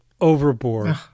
overboard